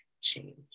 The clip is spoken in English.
change